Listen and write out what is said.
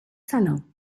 salins